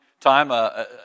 time